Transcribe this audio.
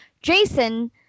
Jason